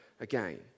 again